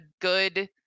good